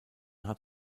hat